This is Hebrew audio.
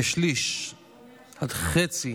כשליש עד חצי